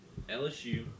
LSU